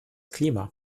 klima